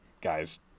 guys